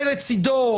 לצדו